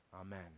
Amen